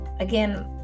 Again